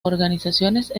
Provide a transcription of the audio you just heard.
organizaciones